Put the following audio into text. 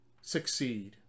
succeed